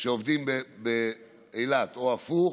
מי שגרים בחבל אילות ועובדים באילת או הפוך,